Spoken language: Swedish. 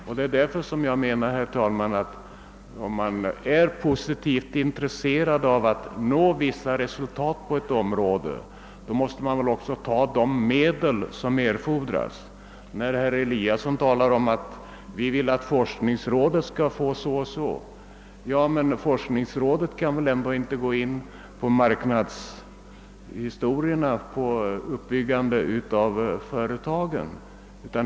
Om man, herr talman, är positivt intresserad av att uppnå vissa resultat på ett område, måste man väl också ställa till förfogande de medel som erfordras. Herr Eliasson i Sundborn talar om att man vill att forskningsrådet skall få så och så mycket. Men forskningsrådet skall väl ändå inte ge sig in på marknadsföring eller på uppbyggande av företag.